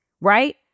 Right